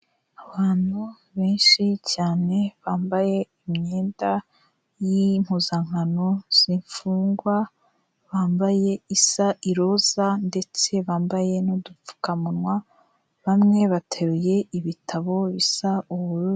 Abantu benshi cyane bambaye imyenda y'impuzankano zimfungwa; bambaye isa iroza ndetse bambaye n'udupfukamunwa, bamwe bateruye ibitabo bisa ubururu.